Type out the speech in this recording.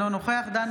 אינו נוכח דן